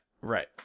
right